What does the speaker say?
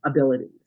abilities